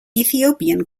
ethiopian